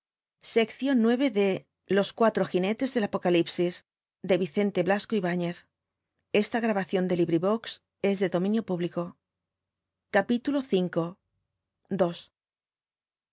mitad los cuatro jinetes del apocalipsis de